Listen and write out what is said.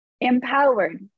empowered